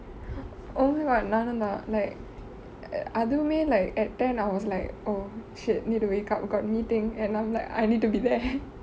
oh my god நானு தான்:naanu thaan like அதுவுமெ:athuvumeyh like at ten I was like oh shit need to wake up got meeting and I'm like I need to be there